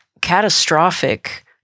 catastrophic